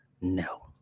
No